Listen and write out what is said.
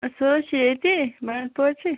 ٲں سۄ حظ چھِ ییٚتی بنٛڈٕپورچی